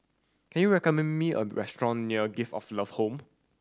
can you recommend me a restaurant near Gift of Love Home